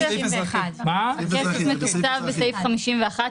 הכסף מתוקצב בסעיף 51,